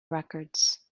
records